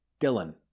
Dylan